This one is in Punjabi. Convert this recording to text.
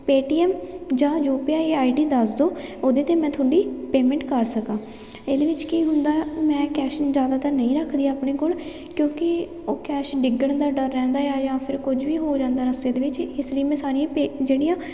ਪੇਟੀਐਮ ਜਾਂ ਯੂਪੀਆਈ ਆਈਡੀ ਦੱਸ ਦਿਉ ਉਹਦੇ 'ਤੇ ਮੈਂ ਤੁਹਾਡੀ ਪੇਮੈਂਟ ਕਰ ਸਕਾਂ ਇਹਦੇ ਵਿੱਚ ਕੀ ਹੁੰਦਾ ਮੈਂ ਕੈਸ਼ ਜ਼ਿਆਦਾ ਤਾਂ ਨਹੀਂ ਰੱਖਦੀ ਆਪਣੇ ਕੋਲ ਕਿਉਂਕਿ ਉਹ ਕੈਸ਼ ਡਿੱਗਣ ਦਾ ਡਰ ਰਹਿੰਦਾ ਆ ਜਾਂ ਫਿਰ ਕੁਝ ਵੀ ਹੋ ਜਾਂਦਾ ਰਸਤੇ ਦੇ ਵਿੱਚ ਇਸ ਲਈ ਮੈਂ ਸਾਰੀਆਂ ਪੇ ਜਿਹੜੀਆਂ